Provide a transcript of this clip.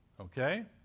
Okay